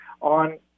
on –